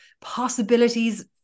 possibilities